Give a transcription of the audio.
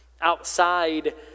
outside